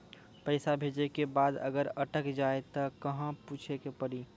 पैसा भेजै के बाद अगर अटक जाए ता कहां पूछे के पड़ी?